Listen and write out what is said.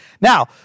Now